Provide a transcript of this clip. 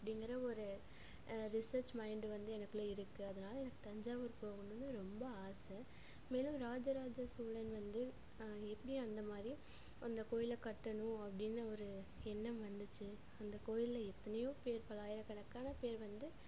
அப்படிங்கிற ஒரு research mind வந்து எனக்குள்ளே இருக்கு அதனால் எனக்கு தஞ்சாவூர் போகணும்னு ரொம்ப ஆசை மேலும் ராஜராஜசோழன் வந்து எப்படி அந்தமாதிரி அந்த கோவில கட்டணும் அப்படின்னு ஒரு எண்ணம் வந்துச்சு அந்த கோவில்ல எத்தனையோ பேர் பல்லாயிரக்கணக்கான பேர் வந்து